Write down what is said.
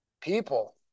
people